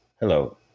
hello